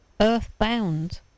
earthbound